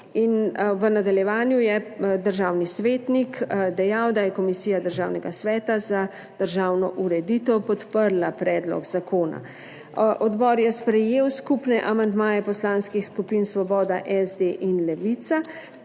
V nadaljevanju je državni svetnik dejal, da je Komisija Državnega sveta za državno ureditev podprla predlog zakona. Odbor je sprejel skupne amandmaje poslanskih skupin Svoboda, SD in Levica